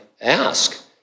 ask